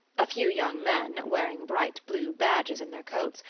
a few young men, wearing bright blue badges in their coats,